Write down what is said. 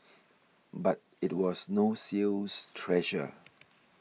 but it was no sales treasure